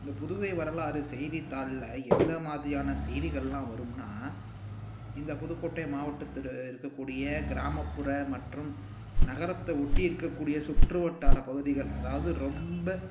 இந்த புதுகை வரலாறு செய்தித்தாளில் எந்த மாதிரியான செய்திகள்லாம் வரும்னால் இந்த புதுக்கோட்டை மாவட்டத்தில் இருக்கக்கூடிய கிராமப்புற மற்றும் நகரத்தை ஒட்டி இருக்கக்கூடிய சுற்றுவட்டார பகுதிகள் அதாவது ரொம்ப